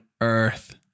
earth